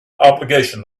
obligation